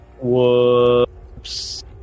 Whoops